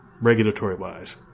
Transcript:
regulatory-wise